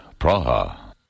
Praha